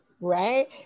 right